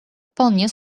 вполне